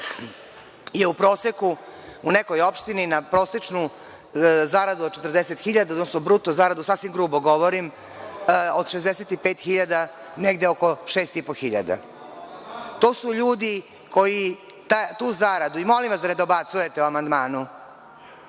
u nekoj opštini na prosečnu zaradu od 40 hiljada, odnosno bruto zaradu, sasvim grubo govorim, od 65 hiljada negde oko 6.500. To su ljudi koji tu zaradu, molim vas da ne dobacujete o amandmanu,